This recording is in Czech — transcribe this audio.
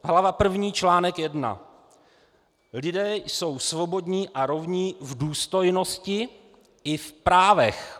Hlava první článek 1: Lidé jsou svobodní a rovní v důstojnosti i v právech.